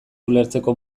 ulertzeko